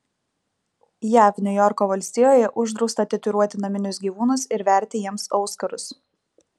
jav niujorko valstijoje uždrausta tatuiruoti naminius gyvūnus ir verti jiems auskarus